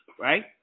right